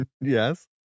Yes